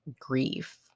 grief